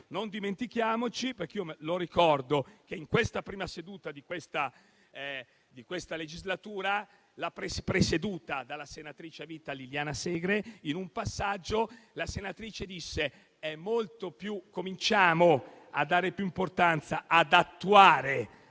Non dimentichiamolo. Ricordo che nella prima seduta di questa legislatura, presieduta dalla senatrice a vita Liliana Segre, in un passaggio la senatrice esortò a dare più importanza ad attuare